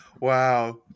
Wow